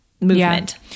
movement